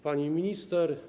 Pani Minister!